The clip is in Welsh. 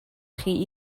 chi